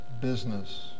Business